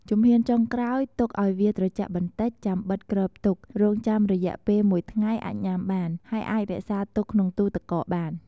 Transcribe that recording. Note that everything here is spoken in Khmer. ជំហានចុងក្រោយ ទុកឱ្យវាត្រជាក់បន្តិច ចាំបិទគ្របទុក រងចាំរយ:ពេលមួយថ្ងៃអាចញាំបាន ហើយអាចរក្សាទុកក្នុងទូរទឹកកកបាន។